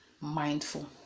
mindful